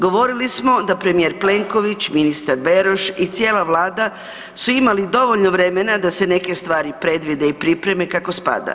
Govorili smo da premijer Plenković, ministar Beroš i cijela Vlada su imali dovoljno vremena da se neke stvari predvide i pripreme kako spada.